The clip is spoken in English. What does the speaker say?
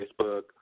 Facebook